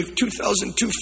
2002